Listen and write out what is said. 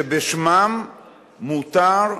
שבשמם מותר,